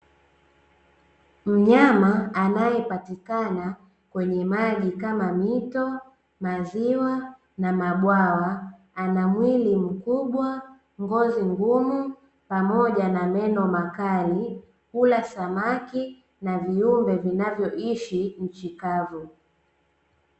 Mnyama anayepatikana kwenye maji kama mito, maziwa na mabwawa, ana mwili mkubwa, ngozi ngumu pamoja na meno makali. Hula samaki na viumbe vinavyoishi nchi kavu.